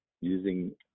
using